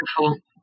wonderful